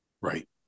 Right